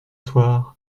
soirs